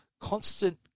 constant